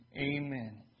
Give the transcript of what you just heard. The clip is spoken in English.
amen